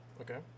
Okay